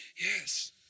Yes